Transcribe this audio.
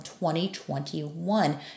2021